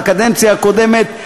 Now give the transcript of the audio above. בקדנציה הקודמת,